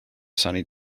sunny